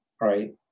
right